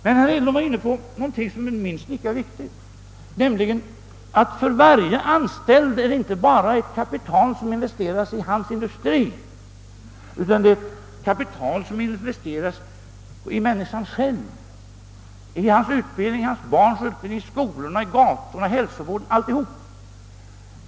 Men herr Hedlund gick också in på något som är minst lika viktigt, nämligen att för varje anställd är det inte bara ett kapital som investeras i just den industri där vederbörande arbetar, utan det är ett kapital som investeras i människan själv: i arbetstagarens utbildning, i hans barns utbildning, i skolorna, gatorna, hälsovården — alltsammans.